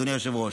אדוני היושב-ראש.